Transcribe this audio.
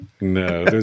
No